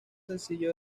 sencillo